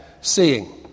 seeing